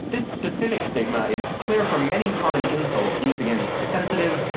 this specific stigma is clear from many common insults used against sensitive,